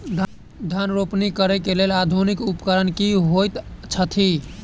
धान रोपनी करै कऽ लेल आधुनिक उपकरण की होइ छथि?